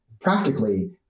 practically